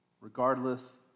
Regardless